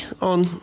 on